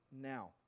now